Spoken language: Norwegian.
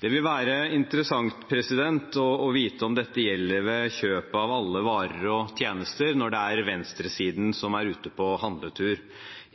Det vil være interessant å vite om dette gjelder ved kjøp av alle varer og tjenester – når det er venstresiden som er på handletur.